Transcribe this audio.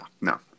no